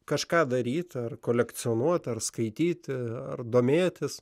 kažką daryt ar kolekcionuot ar skaityt ar domėtis